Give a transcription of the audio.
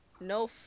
No